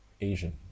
Asian